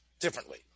differently